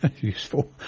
useful